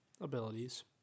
abilities